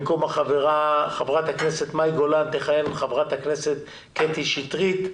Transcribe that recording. במקום חברת הכנסת מאי גולן תכהן חברת הכנסת קטי שטרית.